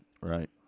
Right